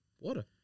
Water